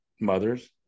mothers